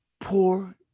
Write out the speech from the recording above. poor